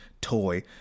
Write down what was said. toy